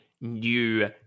new